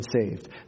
saved